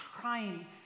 trying